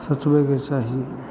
सोचयके चाही